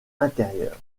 intérieur